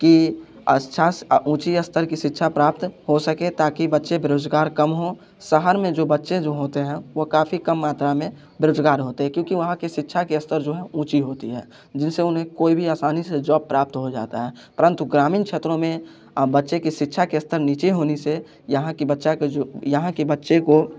की ऊँची स्तर की शिक्षा प्राप्त हो सके ताकि बच्चे बेरोजगार कम हों शहर में जो बच्चे जो होते हैं वो काफ़ी कम मात्रा में बेरोजगार होते हैं क्योंकि वहाँ के शिक्षा के स्तर जो है ऊँची होती है जिनसे उन्हें कोई भी आसानी से जॉब प्राप्त हो जाता है परंतु ग्रामीण क्षेत्रों में बच्चे की शिक्षा के स्तर नीचे होने से यहाँ की बच्चा के जो यहाँ के बच्चे को